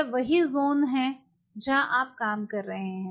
यह वही ज़ोन है जहां आप काम कर रहे हैं